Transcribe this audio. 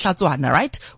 right